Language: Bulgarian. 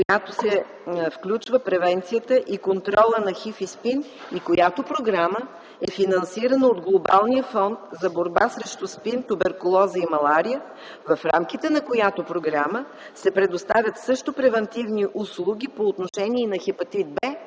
която се включва превенцията и контролът на ХИВ и СПИН, която е финансирана от Глобалния фонд за борба срещу СПИН, туберкулоза и малария, в рамките на която програма се предоставят също превантивни услуги по отношение на хепатит